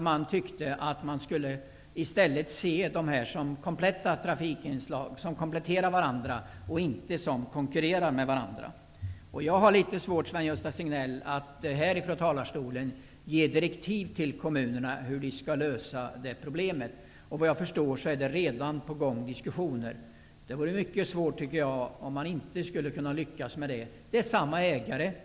Man tyckte att vi borde se på dessa trafikgrenar som trafikinslag som kompletterar men inte konkurrerar med varandra. Jag har litet svårt, Sven-Gösta Signell, att från denna talarstol ge direktiv till kommunerna om hur de skall lösa detta problem. Såvitt jag förstår är diskussioner redan i gång. Jag tycker att det vore mycket svårt om man inte skulle lyckas med dessa.